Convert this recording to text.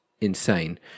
insane